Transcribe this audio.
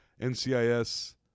ncis